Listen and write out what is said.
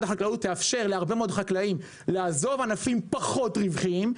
החקלאות תאפשר להרבה מאוד חקלאים לעזוב ענפים פחות רווחיים,